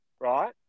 right